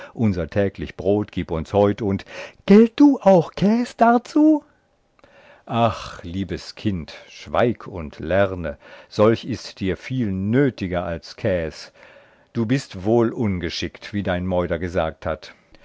unser täglich brod gib uns heut und simpl gelt du auch käs darzu einsied ach liebes kind schweig und lerne solch ist dir viel nötiger als käs du bist wohl ungeschickt wie dein meuder gesagt hat